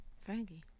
Frankie